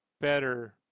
better